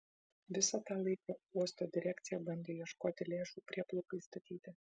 visą tą laiką uosto direkcija bandė ieškoti lėšų prieplaukai statyti